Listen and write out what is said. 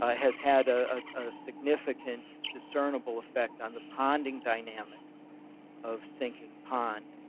ah has had a ah ah significant discernible effect on the ponding dynamic of sinking pond.